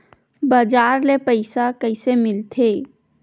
बजार ले पईसा कइसे मिलथे?